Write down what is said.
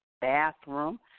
bathroom